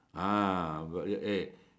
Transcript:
ah but ya eh